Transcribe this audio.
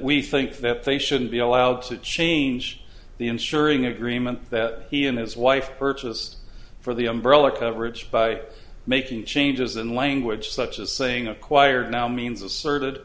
we think that they shouldn't be allowed to change the insuring agreement that he and his wife purchased for the umbrella coverage by making changes in language such as saying acquired now means asserted